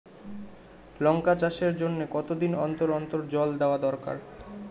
লঙ্কা চাষের জন্যে কতদিন অন্তর অন্তর জল দেওয়া দরকার?